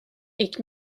est